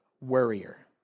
worrier